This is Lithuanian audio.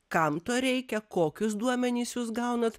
kam to reikia kokius duomenis jūs gaunat